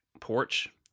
porch